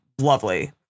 lovely